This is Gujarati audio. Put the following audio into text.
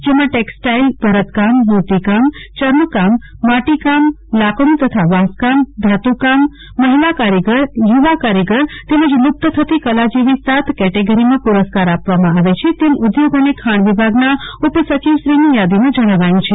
જેમાં ટેક્ષટાઇલ ભરતકામ મોતીકામ ચર્મકામ માટીકામ લાકડુ તથા વાંસકામ ધાતુકામ મહિલા કારીગર યુવા કારીગર તેમજ લુપ્ત થતી કલા જેવી સાત કેટેગરીમાં પુરસ્કાર આપવામાં આવે છે તેમ ઉદ્યોગ અને ખાણ વિભાગના ઉપસચિવશ્રીની યાદીમાં જણાવાયું છે